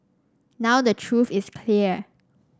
now the truth is clear